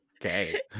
okay